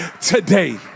today